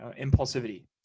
Impulsivity